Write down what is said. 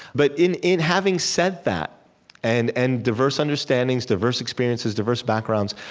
but in in having said that and and diverse understandings, diverse experiences, diverse backgrounds,